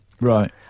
Right